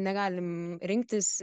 negalim rinktis